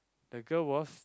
the girl was